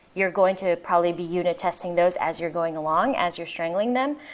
you're going to probably be unit testing those as you're going along as you're strangling them.